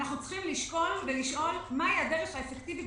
אנחנו צריכים לשקול ולשאול מהי הדרך האפקטיבית